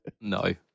No